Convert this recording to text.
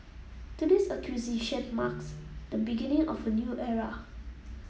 today's acquisition marks the beginning of a new era